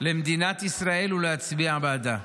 למדינת ישראל ולהצביע בעדה.